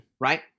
right